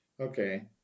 okay